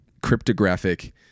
cryptographic